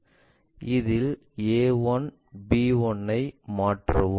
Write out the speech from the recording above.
அதில் a 1 b 1 அதை மாற்றவும்